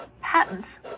Patents